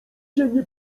dziennie